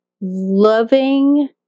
loving